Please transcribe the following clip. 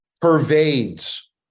pervades